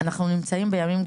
אנחנו נמצאים בימים,